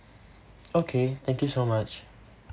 okay thank you so much